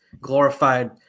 glorified